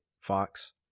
Fox